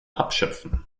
abschöpfen